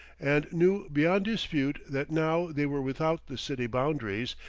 and knew beyond dispute that now they were without the city boundaries,